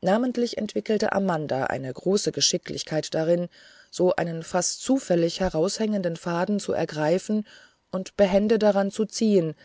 namentlich entwickelte amanda eine große geschicklichkeit darin so einen fast zufällig heraushängenden faden zu ergreifen und behende daran zu ziehen